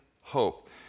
hope